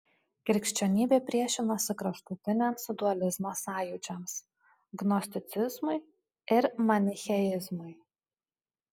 krikščionybė priešinosi kraštutiniams dualizmo sąjūdžiams gnosticizmui ir manicheizmui